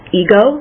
ego